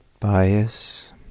bias